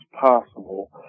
possible